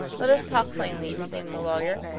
let us talk plainly, resumed the lawyer.